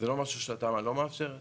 זה לא משהו שהתמ"א לא מאפשר היום.